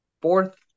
fourth